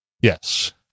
Yes